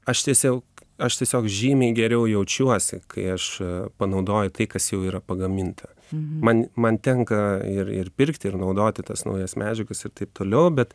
aš tiesiog aš tiesiog žymiai geriau jaučiuosi kai aš panaudoju tai kas jau yra pagaminta man man tenka ir ir pirkti ir naudoti tas naujas medžiagas ir taip toliau bet